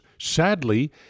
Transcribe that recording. Sadly